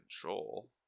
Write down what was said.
control